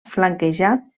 flanquejat